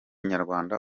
nyarwanda